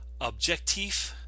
Objectif